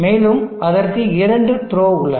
மேலும் அதற்கு இரண்டு த்ரோ உள்ளன